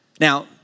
Now